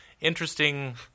interesting